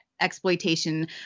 exploitation